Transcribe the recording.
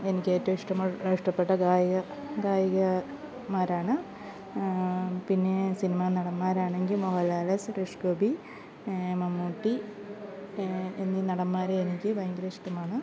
എനിക്ക് ഏറ്റവും ഇഷ്ടമുള് ഇഷ്ടപ്പെട്ട ഗായിക ഗായികമാരാണ് പിന്നെ സിനിമ നടന്മാരാണെങ്കിൽ മോഹൻലാൽ സുരേഷ് ഗോപി മമ്മൂട്ടി എന്നീ നടന്മാരെ എനിക്ക് ഭയങ്കര ഇഷ്ടമാണ്